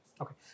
Okay